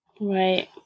right